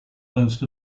most